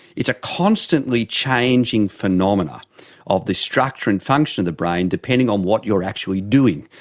it's a constantly changing phenomena of the structure and function of the brain, depending on what you are actually doing.